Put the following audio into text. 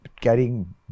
carrying